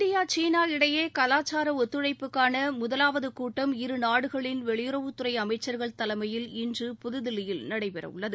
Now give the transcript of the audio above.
India சீனா இடையே கலாச்சார ஒத்துழைப்புக்கான முதலாவது கூட்டம் இருநாடுகளின் வெளியுறவுத்துறை அமைச்சர்கள் தலைமையில் இன்று புதுதில்லியில் நடைபெறவுள்ளது